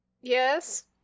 Yes